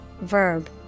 verb